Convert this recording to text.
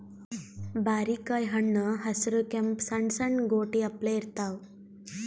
ಬಾರಿಕಾಯಿ ಹಣ್ಣ್ ಹಸ್ರ್ ಕೆಂಪ್ ಸಣ್ಣು ಸಣ್ಣು ಗೋಟಿ ಅಪ್ಲೆ ಇರ್ತವ್